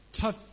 Tough